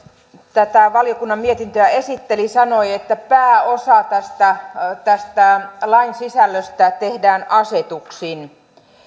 tätä valiokunnan mietintöä esitteli pääosa tästä tästä lain sisällöstä tehdään asetuksin